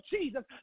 Jesus